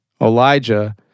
Elijah